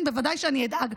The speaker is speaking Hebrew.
כן, בוודאי שאני אדאג.